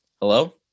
Hello